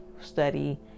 study